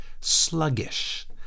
Sluggish